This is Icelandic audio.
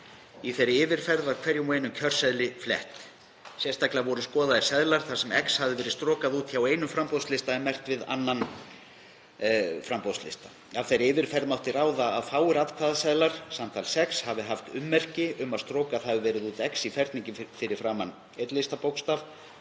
Í þeirri yfirferð var hverjum og einum kjörseðli flett. Sérstaklega voru skoðaðir seðlar þar sem X hafði verið strokað út hjá einum framboðslista en merkt við annan framboðslista. Af þeirri yfirferð mátti ráða að fáir atkvæðaseðlar, samtals 6, hafi haft ummerki um að strokað hafi verið út X í ferningi fyrir framan listabókstaf